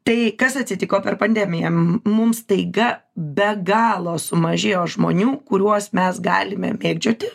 tai kas atsitiko per pandemiją mums staiga be galo sumažėjo žmonių kuriuos mes galime mėgdžioti